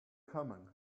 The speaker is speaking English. coming